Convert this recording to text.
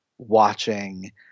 watching